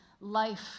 life